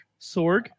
Sorg